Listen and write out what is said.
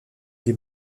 des